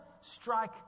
strike